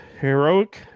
heroic